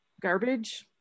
garbage